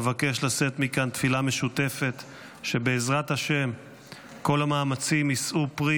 אבקש לשאת מכאן תפילה משותפת שבעזרת השם כל המאמצים יישאו פרי